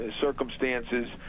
circumstances